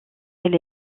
elle